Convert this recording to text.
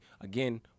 Again